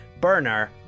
burner